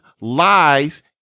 lies